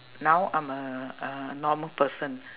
now I'm a a normal person